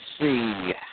see